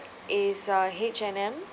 is a H&M